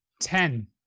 Ten